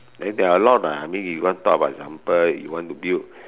then there are a lot uh I mean if you want to talk about example you want to build